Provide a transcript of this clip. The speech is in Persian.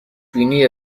بینی